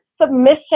submission